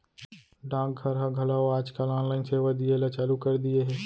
डाक घर ह घलौ आज काल ऑनलाइन सेवा दिये ल चालू कर दिये हे